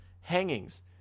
Hangings